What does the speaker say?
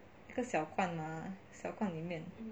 一个小罐嘛小罐里面